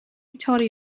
torri